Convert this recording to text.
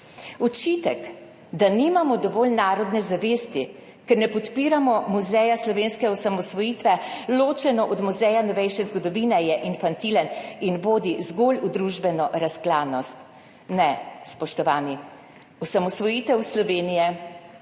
Očitek, da nimamo dovolj narodne zavesti, ker ne podpiramo Muzeja slovenske osamosvojitve ločeno od Muzeja novejše zgodovine je infantilen in vodi zgolj v družbeno razklanost. Ne, spoštovani, osamosvojitev Slovenije